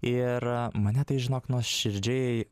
ir mane tai žinok nuoširdžiai